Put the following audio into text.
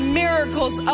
miracles